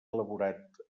elaborat